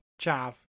chav